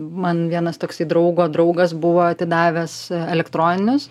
man vienas toksai draugo draugas buvo atidavęs elektroninius